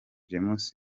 james